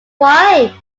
why